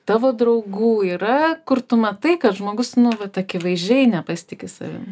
tavo draugų yra kur tu matai kad žmogus nu vat akivaizdžiai nepasitiki savimi